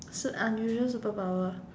so unusual superpower